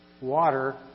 Water